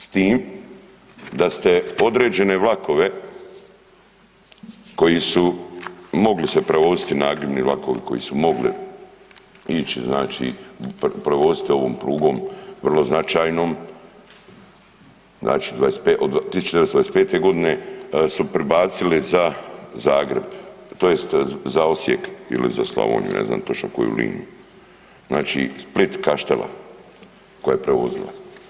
S tim da ste određene vlakove koji su mogli se prevoziti, nagibni vlakovi koji su mogli ići znači provoziti ovom prugom vrlo značajnom, znači od 1925. godine su prebacili za Zagreb, tj. za Osijek ili za Slavoniju ne znam točno koju liniju, znači Split-Kaštela koja je prevozila.